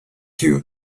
you